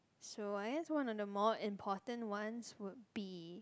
so I guess one of the more important ones would be